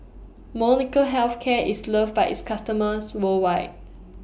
Molnylcke Health Care IS loved By its customers worldwide